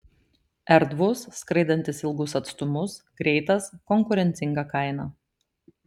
erdvus skraidantis ilgus atstumus greitas konkurencinga kaina